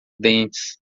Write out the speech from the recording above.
dentes